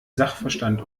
sachverstand